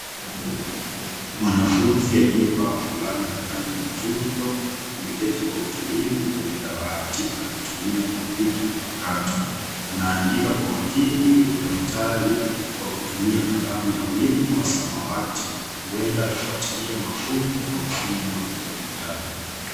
Mwanafunzi aliyevaa fulana ya rangi ya chungwa ameketi kwa utulivu kwenye dawati akitumia kompyuta mpakato. Anaandika kwa makini kwenye daftari kwa kutumia kalamu ya wino wa samawati huenda akifuatilia mafunzo kwa mfumo wa kidijitali.